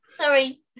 sorry